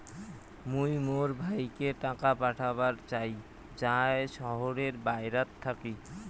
মুই মোর ভাইকে টাকা পাঠাবার চাই য়ায় শহরের বাহেরাত থাকি